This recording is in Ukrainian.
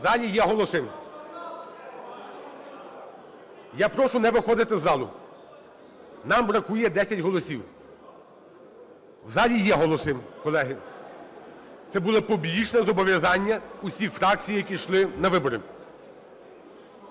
в залі є голоси. Я прошу не виходити з залу. Нам бракує 10 голосів. В залі є голоси, колеги. Це було публічне зобов'язання усіх фракцій, які йшли на вибори.